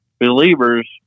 believers